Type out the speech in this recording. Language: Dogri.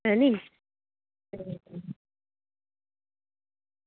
ऐ नी